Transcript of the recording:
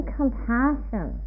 compassion